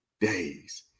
days